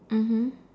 mmhmm